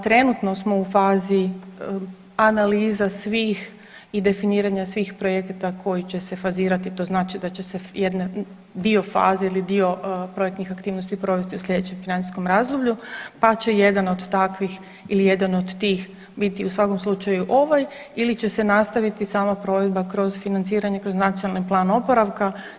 Trenutno smo u fazi analiza svih i definiranja svih projekata koji će se fazirati to znači da će se jedan dio faze ili dio projektnih aktivnosti provesti u sljedećem financijskom razdoblju, pa će jedan od takvih ili jedan od tih biti u svakom slučaju ovaj ili će se nastaviti sama provedba kroz financiranje kroz NPO.